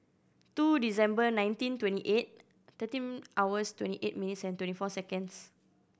two December nineteen twenty eight thirteen hours twenty eight minutes and twenty four seconds